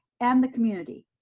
and the community.